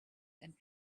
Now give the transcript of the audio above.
and